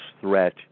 threat